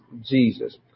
Jesus